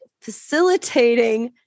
facilitating